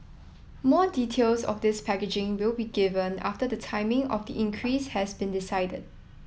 more details of this packaging will be given after the timing of the increase has been decided